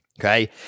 Okay